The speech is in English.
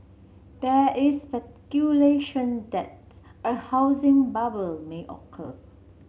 there is speculation that a housing bubble may occur